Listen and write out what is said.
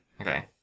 Okay